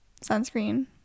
sunscreen